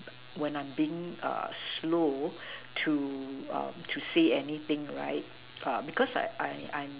when I'm being uh slow to uh to say anything right uh because I I I'm